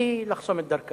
וזה ההתרסקות במעמדה